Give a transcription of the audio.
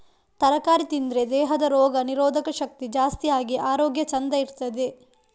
ತರಕಾರಿ ತಿಂದ್ರೆ ದೇಹದ ರೋಗ ನಿರೋಧಕ ಶಕ್ತಿ ಜಾಸ್ತಿ ಆಗಿ ಆರೋಗ್ಯ ಚಂದ ಇರ್ತದೆ